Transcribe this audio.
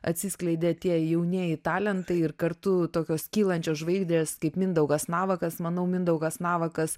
atsiskleidė tie jaunieji talentai ir kartu tokios kylančios žvaigždės kaip mindaugas navakas manau mindaugas navakas